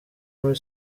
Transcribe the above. muri